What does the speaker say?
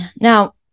Now